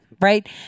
right